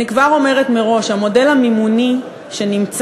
אני כבר אומרת מראש: המודל המימוני שנמצא